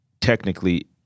technically